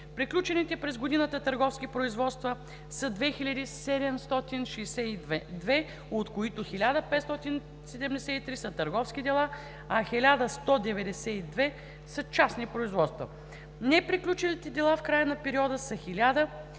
Приключените през годината търговски производства са 2765, от които 1573 са търговски дела, а 1192 са частни производства. Неприключилите дела в края на периода са 1791